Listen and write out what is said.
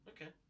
Okay